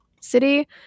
city